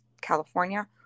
California